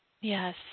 Yes